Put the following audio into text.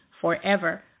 forever